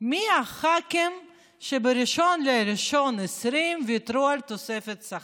מי חברי הכנסת שב-1 בינואר 2020 ויתרו על תוספת שכר.